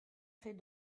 fait